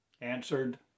answered